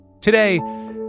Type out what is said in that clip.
Today